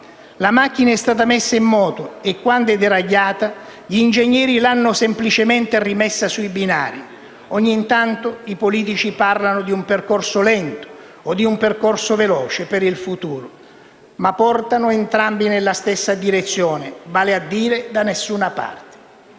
La macchina è stata messa in moto; e quando è deragliata, gli ingegneri l'hanno semplicemente rimessa sui binari. Ogni tanto i politici parlano di un "percorso lento" e di un "percorso veloce'' per il futuro; ma portano entrambi nella stessa direzione: vale a dire, da nessuna parte.